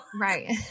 Right